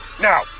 Now